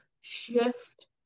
shift